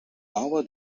over